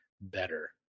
better